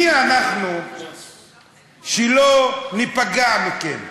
מי אנחנו שלא ניפגע מכם?